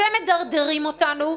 אתם מדרדרים אותנו,